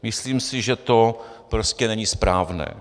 Myslím si, že to prostě není správné.